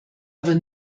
aber